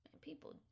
people